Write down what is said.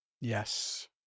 Yes